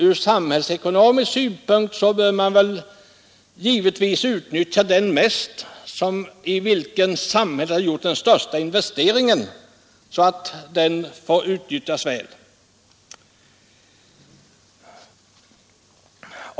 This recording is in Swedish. Ur samhällsekonomisk synpunkt bör man givetvis utnyttja den mest i vars utbildning samhället har gjort den största investeringen.